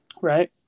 right